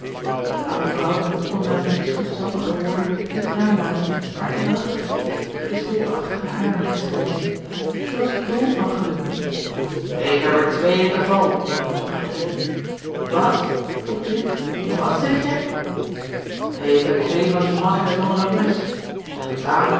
oude vrouw kon na die zoetsappige woorden niet nalaten haar engelachtig kind door de stekelachtige